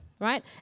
right